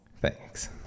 Thanks